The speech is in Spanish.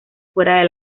fuera